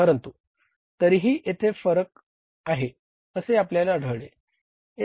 परंतु तरीही तेथे फरक आहेत असे आपल्याला आढळले तेथे नकारात्मक फरक किती आहे